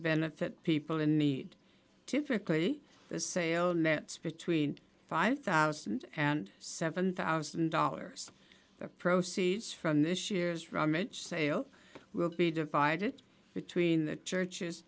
benefit people in the typically the sale nets between five thousand and seven thousand dollars the proceeds from this year's rummage sale will be divided between the churches